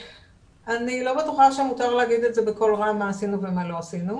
אני לא בטוחה שמותר להגיד בקול רם מה עשינו ומה לא עשינו,